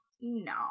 No